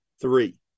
three